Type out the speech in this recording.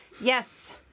Yes